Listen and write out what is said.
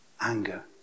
anger